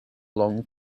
long